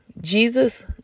Jesus